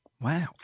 Wow